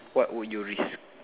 what would you risk